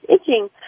itching